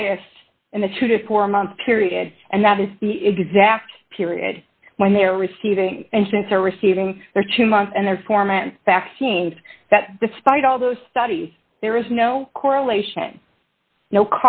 highest in the two to four month period and that is the exact period when they are receiving and since are receiving their two months and their performance vaccines that despite all those studies there is no correlation no